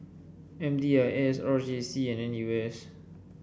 M D I S R J C and N U S